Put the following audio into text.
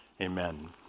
Amen